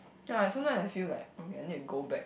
ya sometimes I feel like okay I need to go back